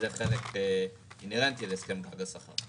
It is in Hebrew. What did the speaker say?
זה חלק אינהרנטי להסכם גג שכר.